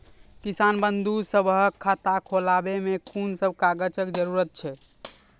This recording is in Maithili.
किसान बंधु सभहक खाता खोलाबै मे कून सभ कागजक जरूरत छै?